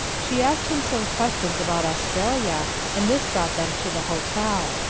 she asked him some questions about australia, and this brought them to the hotel.